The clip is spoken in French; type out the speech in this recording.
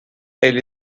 elle